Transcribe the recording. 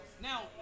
Now